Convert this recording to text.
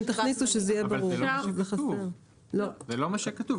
זה לא מה שכתוב.